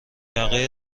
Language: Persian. یقه